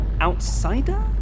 Outsider